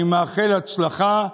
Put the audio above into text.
אני מאחל לו הצלחה.